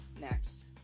next